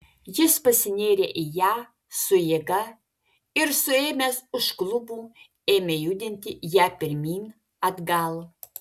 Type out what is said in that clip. jis pasinėrė į ją su jėga ir suėmęs už klubų ėmė judinti ją pirmyn atgal